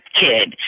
kid